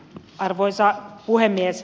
arvoisa puhemies